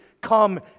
come